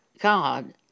God